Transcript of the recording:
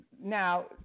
now